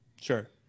Sure